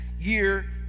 year